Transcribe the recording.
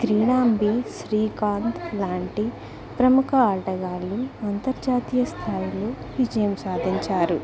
క్రీడాంబి శ్రీకాంత్ లాంటి ప్రముఖ ఆటగాళ్ళు అంతర్జాతీయ స్థాయిలో విజయం సాధించారు